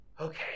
Okay